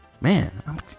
man